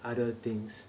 other things